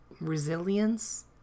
resilience